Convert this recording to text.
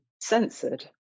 censored